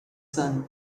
son